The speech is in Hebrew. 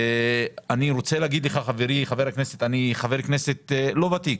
אני רוצה לומר לך חברי חבר הכנסת שאני חבר כנסת לא ותיק